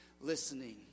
listening